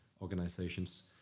organizations